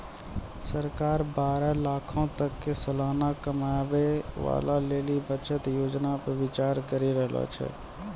सरकार बारह लाखो तक के सलाना कमाबै बाला लेली बचत योजना पे विचार करि रहलो छै